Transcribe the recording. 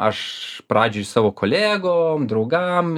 aš pradžioj savo kolegom draugam